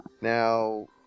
Now